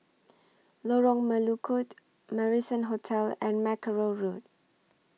Lorong Melukut Marrison Hotel and Mackerrow Road